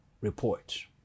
report